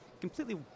completely